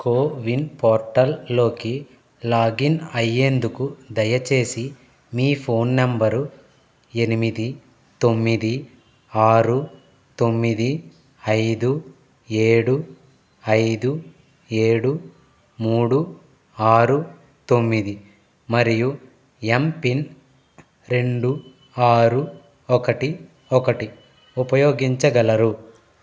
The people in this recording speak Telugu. కో విన్ పోర్టల్ లోకి లాగిన్ అయ్యేందుకు దయచేసి మీ ఫోన్ నంబరు ఎనిమిది తొమ్మిది ఆరు తొమ్మిది ఐదు ఏడు ఐదు ఏడు మూడు ఆరు తొమ్మిది మరియు ఎమ్పిన్ రెండు ఆరు ఒకటి ఒకటి ఉపయోగించగలరు